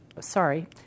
sorry